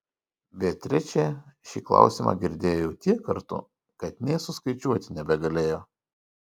beatričė šį klausimą girdėjo jau tiek kartų kad nė suskaičiuoti nebegalėjo